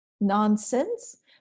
nonsense